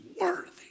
worthy